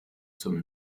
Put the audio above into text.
zum